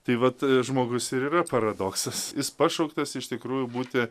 tai vat žmogus ir yra paradoksas jis pašauktas iš tikrųjų būti